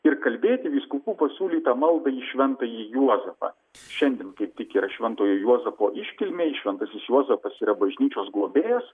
ir kalbėti vyskupų pasiūlytą maldą į šventąjį juozapą šiandien kaip tik yra šventojo juozapo iškilmė šventasis juozapas yra bažnyčios globėjas